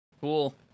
cool